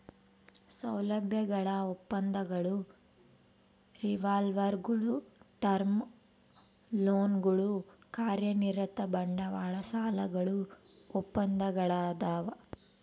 ಸೌಲಭ್ಯಗಳ ಒಪ್ಪಂದಗಳು ರಿವಾಲ್ವರ್ಗುಳು ಟರ್ಮ್ ಲೋನ್ಗಳು ಕಾರ್ಯನಿರತ ಬಂಡವಾಳ ಸಾಲಗಳು ಒಪ್ಪಂದಗಳದಾವ